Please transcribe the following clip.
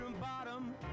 bottom